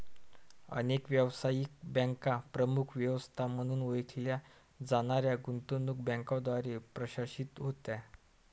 अनेक व्यावसायिक बँका प्रमुख व्यवस्था म्हणून ओळखल्या जाणाऱ्या गुंतवणूक बँकांद्वारे प्रशासित होत्या